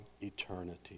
eternity